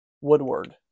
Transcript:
woodward